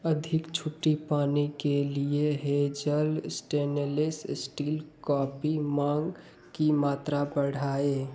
अधिक छुट्टी पाने के लिए हेज़ल स्टेनलेस स्टील कॉफी मांग की मात्रा बढ़ाएँ